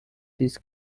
this